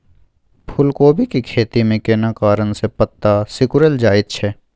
फूलकोबी के खेती में केना कारण से पत्ता सिकुरल जाईत छै?